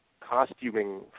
costuming